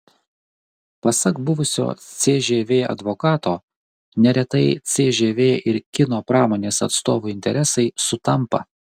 pasak buvusio cžv advokato neretai cžv ir kino pramonės atstovų interesai sutampa